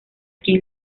quien